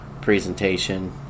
presentation